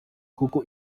kuko